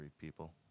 people